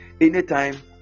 anytime